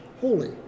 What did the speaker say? holy